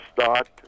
start